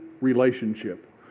relationship